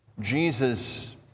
Jesus